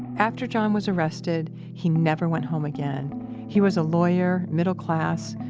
after john was arrested, he never went home again he was a lawyer, middle-class,